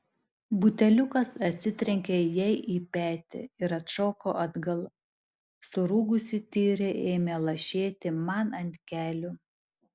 buteliukas atsitrenkė jai į petį ir atšoko atgal surūgusi tyrė ėmė lašėti man ant kelių